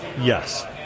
Yes